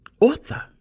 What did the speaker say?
author